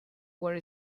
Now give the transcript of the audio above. were